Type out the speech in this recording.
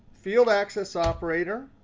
field access operator,